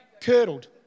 Curdled